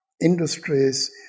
industries